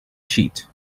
sheet